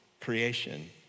creation